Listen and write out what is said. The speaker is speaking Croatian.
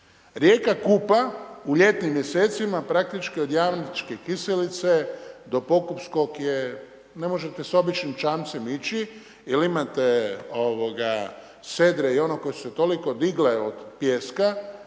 Rijeka Kupa u ljetnim mjesecima, praktički od Jamničke kiselice do Pokupskog je ne možete s običnim čamcem ići, jer imate sedre i onoga koji su se toliko digle od pijeska,